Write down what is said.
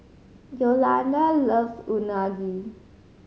Yolanda loves Unagi